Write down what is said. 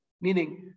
Meaning